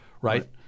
Right